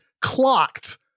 clocked